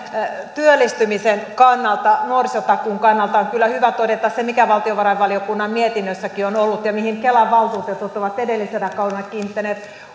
työllistymisen kannalta nuorisotakuun kannalta on kyllä hyvä todeta se mikä valtiovarainvaliokunnan mietinnössäkin on ollut ja mihin kelan valtuutetut ovat edellisellä kaudella kiinnittäneet